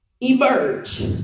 Emerge